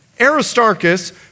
Aristarchus